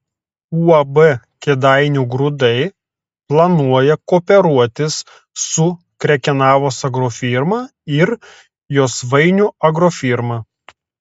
ab kėdainių grūdai planuoja kooperuotis su krekenavos agrofirma ir josvainių agrofirma